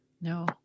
No